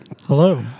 hello